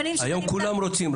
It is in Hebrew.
היום כולם רוצים.